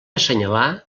assenyalar